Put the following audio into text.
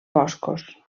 boscos